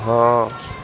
ہاں